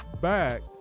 back